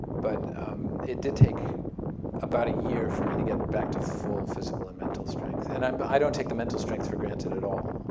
but it did take about a year for me to get back to full physical and mental strength. and um but i don't take the mental strength for granted at all.